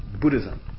Buddhism